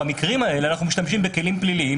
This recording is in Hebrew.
במקרים האלה אנחנו משתמשים בכלים פליליים